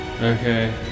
Okay